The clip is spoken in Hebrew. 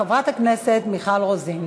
חברת הכנסת מיכל רוזין.